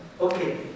Okay